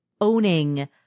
owning